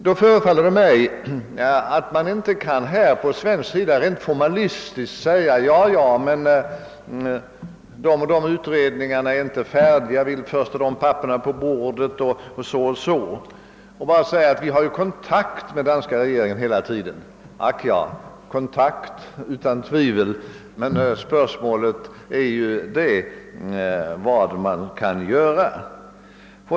Då förefaller det mig som om man på svensk sida inte rent formalistiskt kan säga: Ja, ja, men de och de utredningarna är inte färdiga vi vill först ha de papperen på bordet, och vi har ju kontakt med danska regeringen hela tiden. Ack ja — kontakt, utan tvivel, men spörsmålet är ju vad man kan göra.